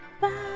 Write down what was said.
Bye